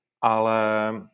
Ale